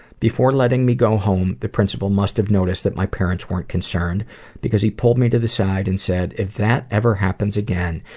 before letting me go home, the principal must have noticed that my parents weren't concerned because he pulled me to the side and said, if that ever happens again,